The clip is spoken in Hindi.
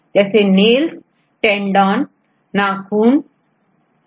Student Tendonsछात्र नाखूनTendons टेंडनंस और बाल आदि का विशेष संरचनात्मक कार्य है